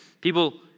people